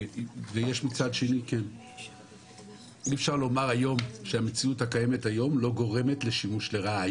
ומצד שני אי-אפשר לומר שהמציאות הקיימת היום לא גורמת לשימוש לרעה.